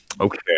Okay